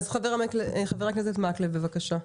חבר הכנסת מקלב, בבקשה.